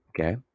okay